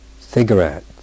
cigarettes